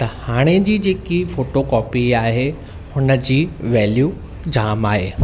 त हाणे जी जेकी फ़ोटो कॉपी आहे हुन जी वैल्यू जाम आहे